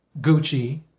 Gucci